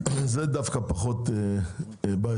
זה דווקא פחות בעייתי.